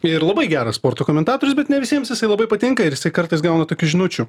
ir labai geras sporto komentatorius bet ne visiems jisai labai patinka ir jis kartais gauna tokių žinučių